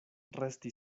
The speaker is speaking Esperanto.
resti